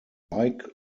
like